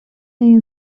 این